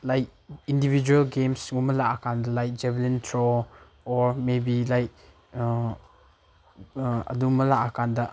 like individual ꯒꯦꯝꯁꯀꯨꯝꯕ ꯂꯥꯛꯑ ꯀꯥꯟꯗ like javelin throw or maybe like ꯑꯗꯨꯝꯕ ꯂꯥꯛꯑ ꯀꯥꯟꯗ